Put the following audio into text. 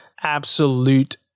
absolute